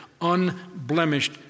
Unblemished